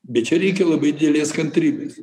bet čia reikia labai didelės kantrybės